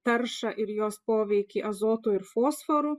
taršą ir jos poveikį azotu ir fosforu